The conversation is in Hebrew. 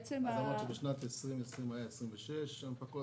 אמרת שבשנת 2020 היו 26 הנפקות,